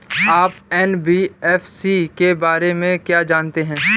आप एन.बी.एफ.सी के बारे में क्या जानते हैं?